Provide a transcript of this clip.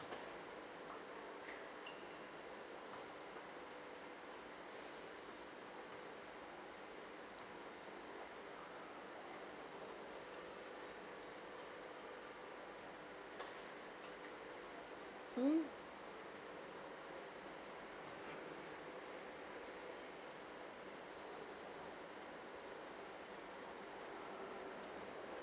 mm